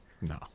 No